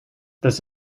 this